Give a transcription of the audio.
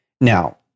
Now